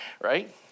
Right